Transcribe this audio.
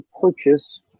purchase